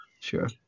sure